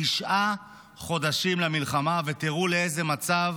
תשעה חודשים למלחמה ותראו לאיזה מצב,